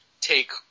take